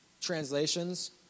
translations